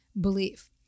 belief